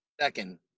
second